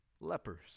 Lepers